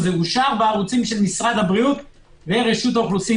זה אושר בערוצים של משרד הבריאות ורשות האוכלוסין